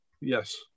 Yes